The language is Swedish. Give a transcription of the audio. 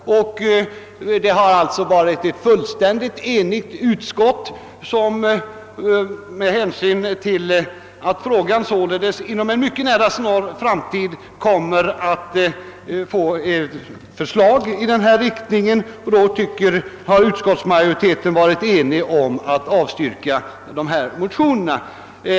Det har rått fullständig enighet i utskottet. Med hänsyn till att vi således inom en mycket nära framtid kommer att få förslag i frågan har utskottets ledamöter varit eniga om att avstyrka bifall till dessa motioner.